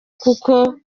kuko